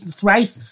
thrice